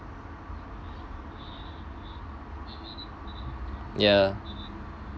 ya